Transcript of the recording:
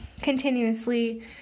continuously